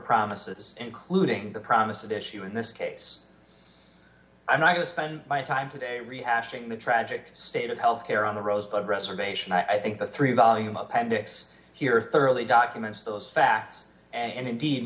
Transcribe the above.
promises including the promise of the issue in this case i'm not going to spend my time today rehashing the tragic state of health care on the road but reservation i think the three volume of appendix here are thoroughly documented those facts and indeed